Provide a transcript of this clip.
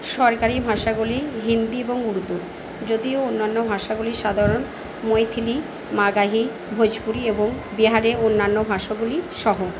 সরকারি ভাষাগুলি হিন্দি এবং উর্দু যদিও অন্যান্য ভাষাগুলি সাধারণ মৈথিলি মাগাহি ভোজপুরি এবং বিহারে অন্যান্য ভাষাগুলিসহ